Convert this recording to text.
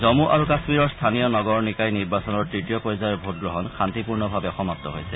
জম্মু কাশ্মীৰৰ স্থানীয় নগৰ নিকায় নিৰ্বাচনৰ তৃতীয় পৰ্যায়ৰ ভোটগ্ৰহণ শান্তিপূৰ্ণভাৱে সমাপ্ত হৈছে